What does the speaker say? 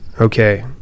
okay